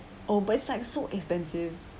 oh but it's like so expensive